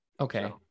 Okay